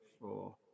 four